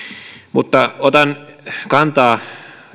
mutta otan kantaa